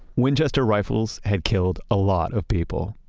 winchester rifles had killed a lot of people.